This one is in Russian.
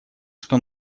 что